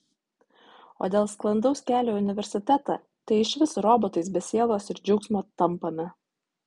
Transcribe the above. o dėl sklandaus kelio į universitetą tai išvis robotais be sielos ir džiaugsmo tampame